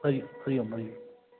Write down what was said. Hari Om Hari Om Hari Om